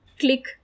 click